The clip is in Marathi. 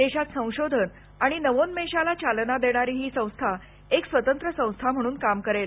देशात संशोधन आणि नावोन्मेशाला चालना देणारी ही संस्था एक स्वतंत्र संस्था म्हणून काम करेल